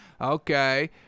Okay